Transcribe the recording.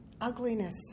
ugliness